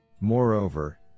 Moreover